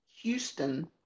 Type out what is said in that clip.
Houston